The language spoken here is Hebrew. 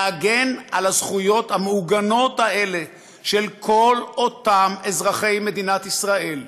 להגן על הזכויות המעוגנות האלה של כל אותם אזרחי מדינת ישראל,